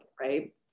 right